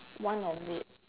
one of it